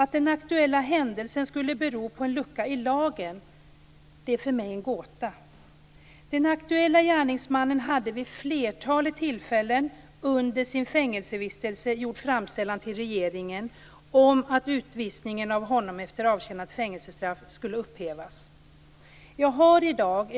Att den aktuella händelsen skulle bero på en lucka i lagen är för mig en gåta. Den aktuella gärningsmannen hade vid ett flertal tillfällen under sin fängelsevistelse gjort framställningar till regeringen om att utvisningen av honom efter avtjänat fängelsestraff skulle upphävas.